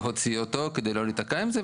להוציאו אותו כדי לא להיתקע עם זה,